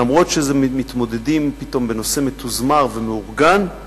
אף שמתמודדים פתאום בנושא מתוזמר ומאורגן,